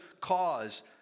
cause